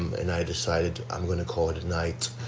and i decided i'm going to call it a night.